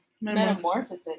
metamorphosis